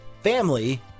family